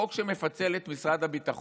החוק שמפצל את משרד הביטחון,